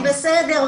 אני בסדר,